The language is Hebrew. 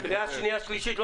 קריאה שנייה ושלישית.